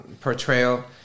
portrayal